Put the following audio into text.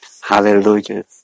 Hallelujah